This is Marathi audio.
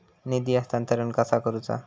निधी हस्तांतरण कसा करुचा?